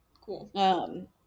Cool